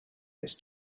its